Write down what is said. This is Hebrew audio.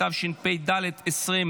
התשפ"ד 2024,